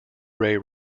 ray